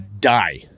die